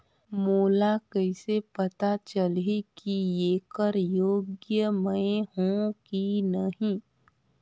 मोला कइसे पता चलही की येकर योग्य मैं हों की नहीं?